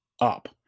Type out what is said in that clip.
up